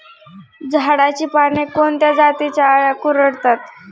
झाडाची पाने कोणत्या जातीच्या अळ्या कुरडतात?